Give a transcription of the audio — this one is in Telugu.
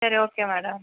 సరే ఓకే మ్యాడమ్